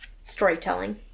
storytelling